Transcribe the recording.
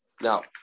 Now